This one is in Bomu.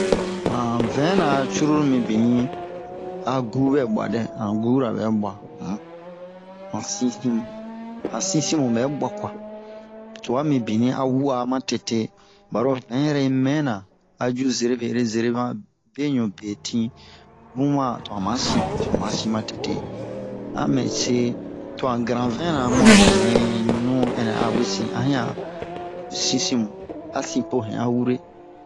han vɛn-na curulu mibinni a gu ɓɛ ɓwa-dɛ han gu-ra ɓɛ ɓwa um han sinsinmu ɓɛ ɓwa kuwa twa mibin a wa'a matete ɓaro vɛn yɛri yi mɛnna a ju zerebe ere zereman beɲu betin to mu ma to han sin to han ma sin matete a mɛ se to han gran-vɛn-na mu a benɛ ɲunu ɛnɛ awe sin a han ɲan sinsin-mu a sin po hɛn'a wure